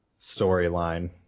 Storyline